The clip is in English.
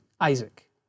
Isaac